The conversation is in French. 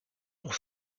pour